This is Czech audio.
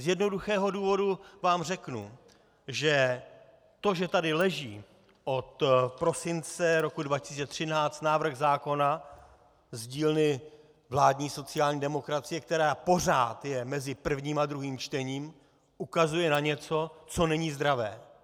Z jednoduchého důvodu vám řeknu, že to, že tady leží od prosince roku 2013 návrh zákona z dílny vládní sociální demokracie, který pořád je mezi prvním a druhým čtením, ukazuje na něco, co není zdravé.